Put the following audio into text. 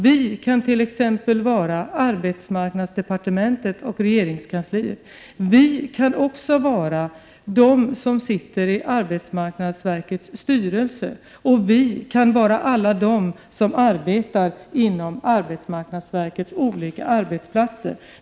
”Vi” kan t.ex. vara arbetsmarknadsdepartementet och regeringskansliet. ”Vi” kan också vara de som sitter i arbetsmarknadsverkets styrelse, och ”vi” kan även vara alla de som arbetar på arbetsmarknadsverkets alla arbetsplatser.